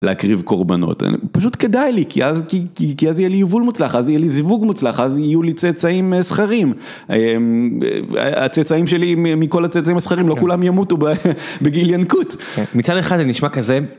להקריב קורבנות, פשוט כדאי לי, כי אז יהיה לי יבול מוצלח, אז יהיה לי זיווג מוצלח, אז יהיו לי צאצאים זכרים. הצאצאים שלי, מכל הצאצאים הזכרים, לא כולם ימותו בגיל ינקות. מצד אחד זה נשמע כזה.